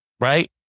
Right